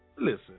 listen